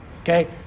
okay